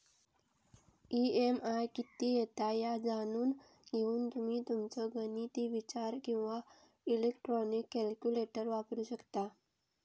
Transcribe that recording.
EMI किती येता ह्या जाणून घेऊक तुम्ही तुमचो गणिती विचार किंवा इलेक्ट्रॉनिक कॅल्क्युलेटर वापरू शकता